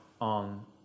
on